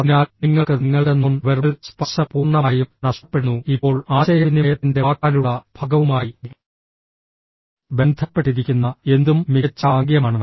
അതിനാൽ നിങ്ങൾക്ക് നിങ്ങളുടെ നോൺ വെർബൽ സ്പർശം പൂർണ്ണമായും നഷ്ടപ്പെടുന്നു ഇപ്പോൾ ആശയവിനിമയത്തിന്റെ വാക്കാലുള്ള ഭാഗവുമായി ബന്ധപ്പെട്ടിരിക്കുന്ന എന്തും മികച്ച ആംഗ്യമാണ്